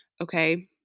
Okay